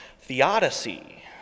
theodicy